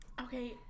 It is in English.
okay